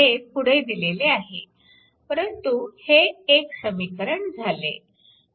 हे पुढे दिलेले आहे परंतु हे एक समीकरण झाले